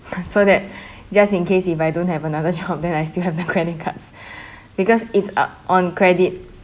so that just in case if I don't have another job then I still have the credit cards because it's uh on credit